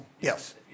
Yes